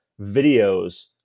videos